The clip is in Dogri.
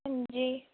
हां जी